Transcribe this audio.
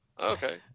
Okay